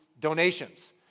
donations